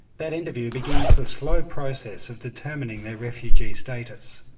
that interview begins the slow process of determining their refugee status.